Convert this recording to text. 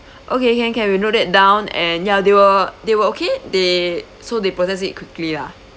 okay can can we note that down and ya they were they were okay they so they processed it quickly lah